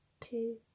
two